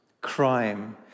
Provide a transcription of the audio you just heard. crime